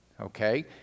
okay